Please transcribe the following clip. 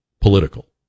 political